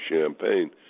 Champagne